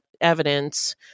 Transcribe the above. evidence